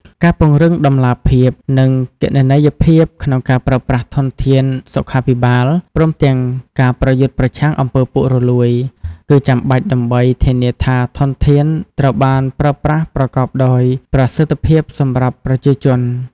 ការពង្រឹងតម្លាភាព និងគណនេយ្យភាពក្នុងការប្រើប្រាស់ធនធានសុខាភិបាល ព្រមទាំងការប្រយុទ្ធប្រឆាំងអំពើពុករលួយ គឺចាំបាច់ដើម្បីធានាថាធនធានត្រូវបានប្រើប្រាស់ប្រកបដោយប្រសិទ្ធភាពសម្រាប់ប្រជាជន។